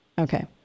Okay